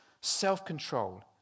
self-control